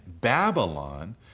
Babylon